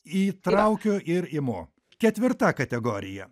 įtraukiu ir imu ketvirta kategorija